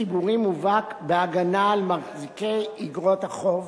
ציבורי מובהק בהגנה על מחזיקי איגרות החוב,